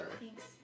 Thanks